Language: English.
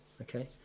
Okay